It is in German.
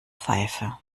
pfeife